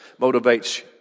motivates